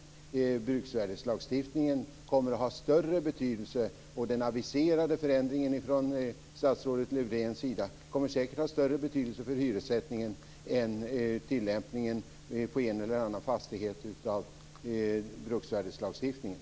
Den aviserade förändringen från statsrådet Lövdéns sida kommer säkert att ha större betydelse för hyressättningen än tillämpningen på en eller annan fastighet av bruksvärdeslagstiftningen.